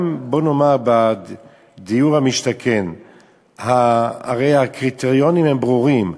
גם בדיור למשתכן הרי הקריטריונים ברורים: